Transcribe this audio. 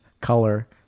color